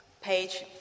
page